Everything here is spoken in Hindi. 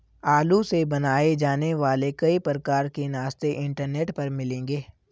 आलू से बनाए जाने वाले कई प्रकार के नाश्ते इंटरनेट पर मिलेंगे